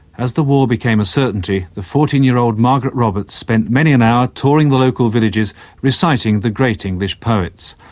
as the war became a certainty, the fourteen year old margaret roberts spent many an hour touring the local villages reciting the great english poets.